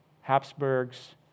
Habsburgs